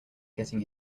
getting